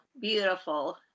beautiful